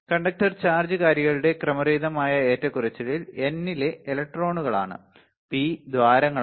conductor charge കാരിയറുകളുടെ ക്രമരഹിതമായ ഏറ്റക്കുറച്ചിൽ N ലെ ഇലക്ട്രോണുകളാണ് പി ദ്വാരങ്ങളാണ്